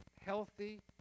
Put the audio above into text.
healthy